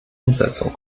umsetzung